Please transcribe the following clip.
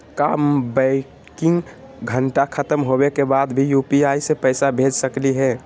का बैंकिंग घंटा खत्म होवे के बाद भी यू.पी.आई से पैसा भेज सकली हे?